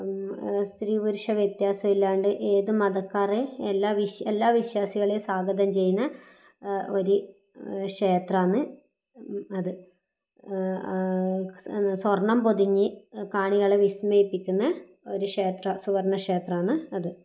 സ്ത്രീപുരുഷ വ്യത്യാസമില്ലാണ്ട് ഏത് മതക്കാരേയും എല്ലാ എല്ലാ വിശ്വാസികളേയും സ്വാഗതം ചെയ്യുന്ന ഒരു ക്ഷേത്രമാണ് അത് സ്വർണ്ണം പൊതിഞ്ഞ് കാണികളെ വിസ്മയിപ്പിക്കുന്നെ ഒരു ക്ഷേത്രം സുവർണ്ണ ക്ഷേത്രമാണ് അത്